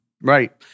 right